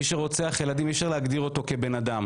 מי שרוצח ילדים, אי אפשר להגדיר אותו כבן-אדם.